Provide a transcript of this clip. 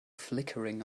flickering